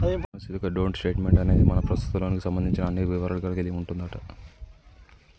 అవును Seethakka don't statement అనేది మన ప్రస్తుత లోన్ కు సంబంధించిన అన్ని వివరాలను కలిగి ఉంటదంట